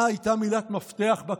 אה, הייתה מילת מפתח בקמפיין,